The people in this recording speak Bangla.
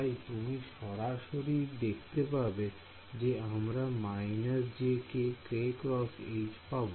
তাই তুমি সরাসরি দেখতে পাবে যে আমরা jk পাব